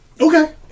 Okay